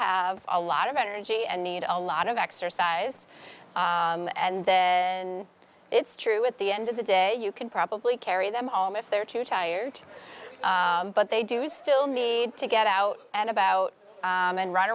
have a lot of energy and need a lot of exercise and it's true at the end of the day you can probably carry them home if they're too tired but they do still need to get out and about and run